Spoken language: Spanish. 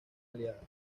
aliada